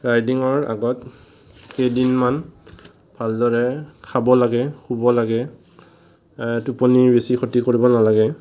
ৰাইডিঙৰ আগত কেইদিনমান ভালদৰে খাব লাগে শুব লাগে টোপনি বেছি খতি কৰিব নালাগে